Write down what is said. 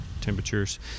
temperatures